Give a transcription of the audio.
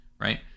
right